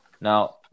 Now